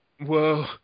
Whoa